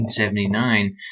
1979